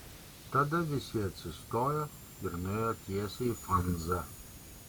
tada visi atsistojo ir nuėjo tiesiai į fanzą